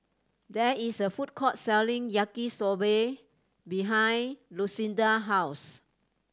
there is a food court selling Yaki Soba behind Lucinda house